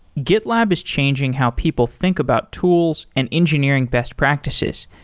gitlab is changing how people think about tools and engineering best practices,